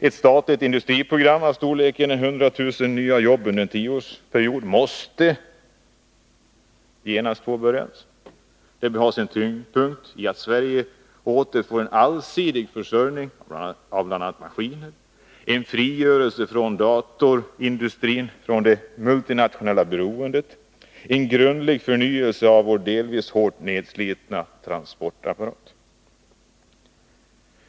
Ett statligt industriprogram av storleken hundra tusen nya jobb under en tioårsperiod måste snarast påbörjas. Det bör ha sin tyngdpunkt i att Sverige åter skall få en allsidig försörjning av bl.a. maskiner, en frigörelse av datorindustrin från det multinationella beroendet, en grundlig förnyelse av vår delvis hårt nedslitna transportapparat.